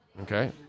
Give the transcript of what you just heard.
Okay